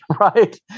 Right